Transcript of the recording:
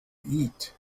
eat